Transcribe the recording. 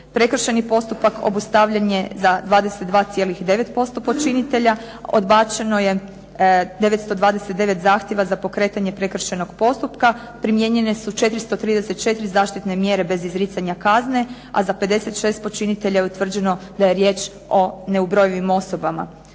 Prekršajni postupak obustavljen je za 22,9% počinitelja. Odbačeno je 929 zahtjeva za pokretanje prekršajnog postupka. Primijenjene su 434 zaštitne mjere bez izricanja kazne, a za 56 počinitelja je utvrđeno da je riječ o neubrojivim osobama.